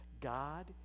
God